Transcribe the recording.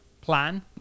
plan